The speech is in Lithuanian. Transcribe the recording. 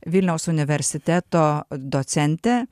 vilniaus universiteto docentė